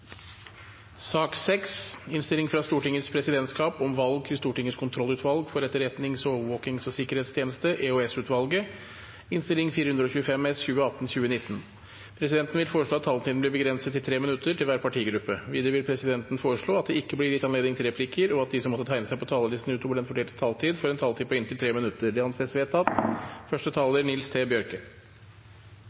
sak nr. 3. Presidenten vil foreslå at taletiden blir begrenset til 3 minutter til hver partigruppe og 3 minutter til medlemmer av regjeringen. Videre vil presidenten foreslå at det ikke blir gitt anledning til replikker, og at de som måtte tegne seg på talerlisten utover den fordelte taletid, får en taletid på inntil 3 minutter. – Det anses vedtatt.